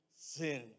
sin